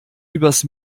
übers